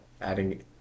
Adding